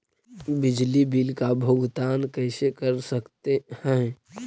बिजली बिल का भुगतान कैसे कर सकते है?